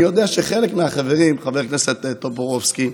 אני יודע, חבר הכנסת טופורובסקי,